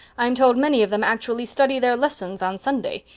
i'm told many of them actually study their lessons on sunday.